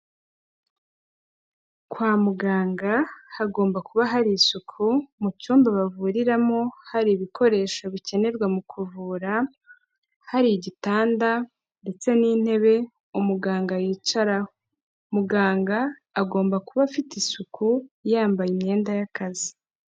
Kwa muganga hagomba kuba hari isuku mu cyumba bavuriramo hari ibikoresho bikenerwa mu kuvura, hari igitanda ndetse n'intebe umuganga yicaraho. Muganga agomba kuba afite isuku yambaye imyenda y'akazi.